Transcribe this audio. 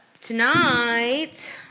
tonight